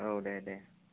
औ दे दे